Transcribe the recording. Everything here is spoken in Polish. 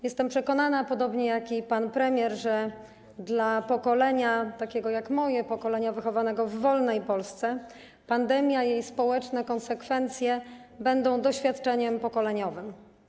Jestem przekonana, podobnie jak pan premier, że dla pokolenia takiego jak moje, pokolenia wychowanego w wolnej Polsce pandemia i jej społeczne konsekwencje będą doświadczeniem pokoleniowym.